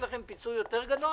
נכסים מפנים אולמות.